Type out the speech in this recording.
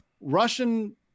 Russian